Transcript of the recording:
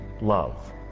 love